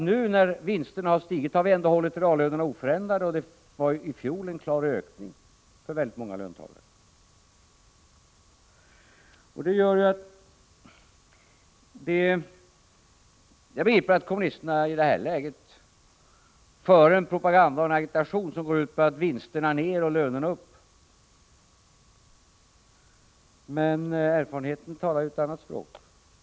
Nu, när vinsterna har stigit, har vi ändå hållit reallönerna oförändrade, och det var i fjol en klar ökning för väldigt många löntagare. Jag begriper att kommunisterna i det här läget för en propaganda och en agitation som går ut på att vinsterna skall ner och lönerna upp. Men erfarenheten talar ju ett annat språk.